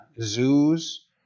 zoos